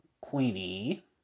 Queenie